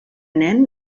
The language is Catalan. nen